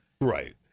Right